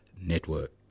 Network